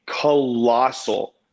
colossal